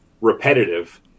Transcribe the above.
repetitive